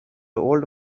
old